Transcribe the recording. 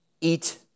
Eat